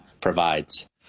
provides